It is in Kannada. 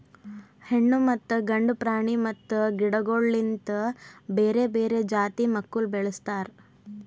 ಹೆಣ್ಣು ಮತ್ತ ಗಂಡು ಪ್ರಾಣಿ ಮತ್ತ ಗಿಡಗೊಳ್ ತಿಳಿ ಲಿಂತ್ ಬೇರೆ ಬೇರೆ ಜಾತಿ ಮಕ್ಕುಲ್ ಬೆಳುಸ್ತಾರ್